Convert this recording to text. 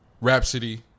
Rhapsody